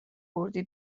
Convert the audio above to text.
کردی